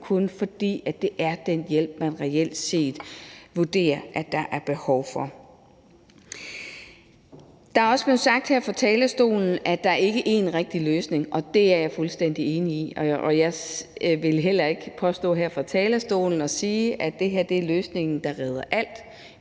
kun, fordi det er den hjælp, man reelt set vurderer at der er behov for. Der er også blevet sagt her fra talerstolen, at der ikke er én rigtig løsning, og det er jeg fuldstændig enig i, og jeg vil heller ikke her fra talerstolen påstå, at det her er løsningen, der redder alt,